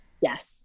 yes